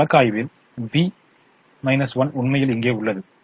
இந்த வழக்காய்வில் B 1 உண்மையில் இங்கே உள்ளது